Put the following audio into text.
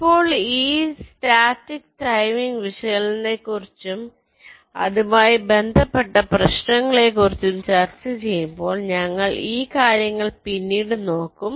ഇപ്പോൾ ഈ static timing വിശകലനത്തെക്കുറിച്ചും അതുമായി ബന്ധപ്പെട്ട പ്രശ്നങ്ങളെക്കുറിച്ചും ചർച്ച ചെയ്യുമ്പോൾ ഞങ്ങൾ ഈ കാര്യങ്ങൾ പിന്നീട് നോക്കും